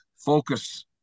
focus